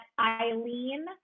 Eileen